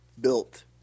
built